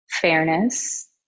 fairness